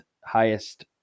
highest